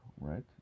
right